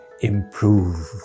improve